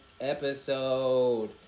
episode